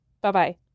Bye-bye